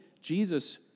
Jesus